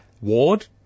ward